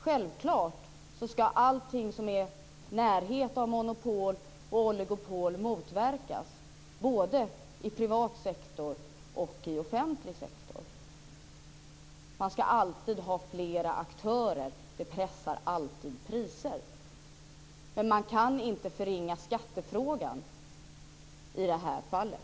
Självklart ska allting som betyder närhet till monopol och oligopol motverkas i både privat sektor och offentlig sektor. Man ska alltid ha flera aktörer - det pressar alltid priser. Men man kan inte förringa skattefrågan i det här fallet.